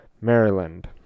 Maryland